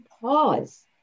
pause